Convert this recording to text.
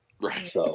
Right